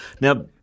Now